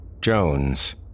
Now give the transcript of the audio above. Jones